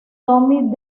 tommy